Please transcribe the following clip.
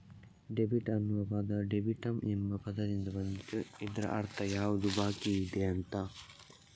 debit ಅನ್ನುವ ಪದ ಡೆಬಿಟಮ್ ಎಂಬ ಪದದಿಂದ ಬಂದಿದ್ದು ಇದ್ರ ಅರ್ಥ ಯಾವುದು ಬಾಕಿಯಿದೆ ಅಂತ